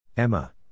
Emma